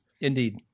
Indeed